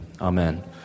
Amen